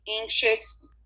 anxious